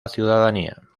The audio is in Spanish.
ciudadanía